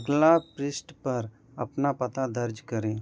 अगला पृष्ठ पर अपना पता दर्ज करें